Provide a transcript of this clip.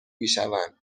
میشوند